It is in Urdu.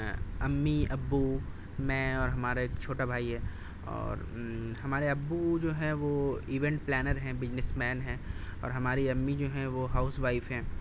امی ابو میں اور ہمارا ایک چھوٹا بھائی ہے اور ہمارے ابو جو ہیں وہ ایونٹ پلانر ہیں بزنس مین ہیں اور ہماری امی جو ہیں وہ ہاؤس وائف ہیں